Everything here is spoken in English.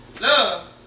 love